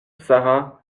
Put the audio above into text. sara